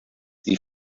die